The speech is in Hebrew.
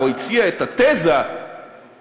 או הציע את התזה המופרכת,